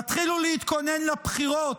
תתחילו להתכונן לבחירות,